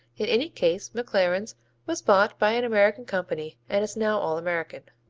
in any case mclaren's was bought by an american company and is now all-american.